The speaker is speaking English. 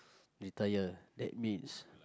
retire that means